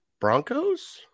Broncos